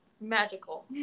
Magical